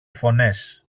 φωνές